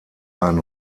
ein